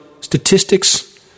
statistics